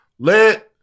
Let